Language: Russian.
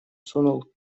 сунул